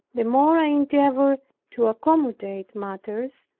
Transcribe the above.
the more i endeavored to accommodate matters,